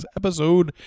episode